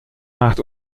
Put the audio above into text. macht